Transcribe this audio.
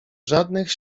żadnych